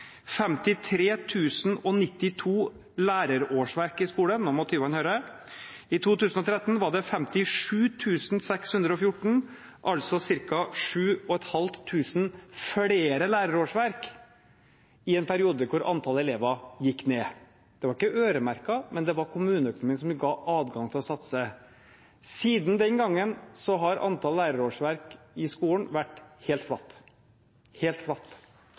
092 lærerårsverk i skolen – nå må Tyvand høre – i 2013 var det 57 614, altså ca. 4 500 flere lærerårsverk i en periode hvor antall elever gikk ned. Det var ikke øremerket, men det var kommuneøkonomien som ga adgang til å satse. Siden den gangen har antall lærerårsverk i skolen vært helt flatt – helt flatt.